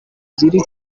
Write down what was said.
ziri